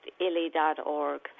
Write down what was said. illy.org